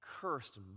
cursed